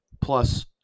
plus